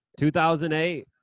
2008